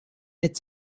its